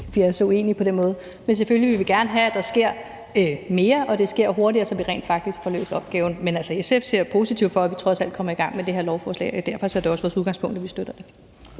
vi er så uenige på den måde. Men selvfølgelig vil vi gerne have, at der sker mere, og at det sker hurtigere, så vi rent faktisk får løst opgaven. Men altså, SF ser positivt på, at vi trods alt er kommet i gang med det her lovforslag, og derfor er det også vores udgangspunkt, at vi støtter det.